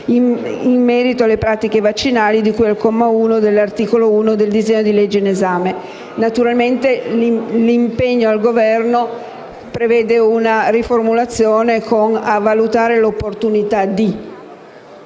in merito alle pratiche vaccinali di cui al comma 1 dell'articolo 1 del disegno di legge in esame. Naturalmente l'impegno al Governo prevede una riformulazione con la formula "a valutare l'opportunità di".